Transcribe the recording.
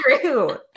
true